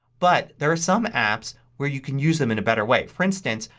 but there are some apps where you can use them in a better way. for instance,